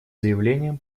заявлением